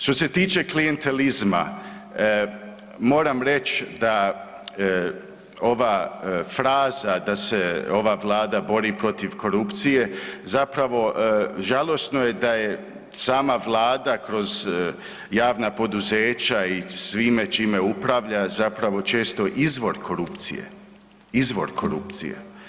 Što se tiče klijentelizma, moram reć da ova fraza da se ova vlada bori protiv korupcije zapravo žalosno je da je sama vlada kroz javna poduzeća i svime čime upravlja zapravo često izvor korupcije, izvor korupcije.